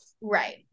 Right